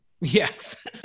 Yes